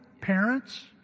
parents